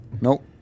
Nope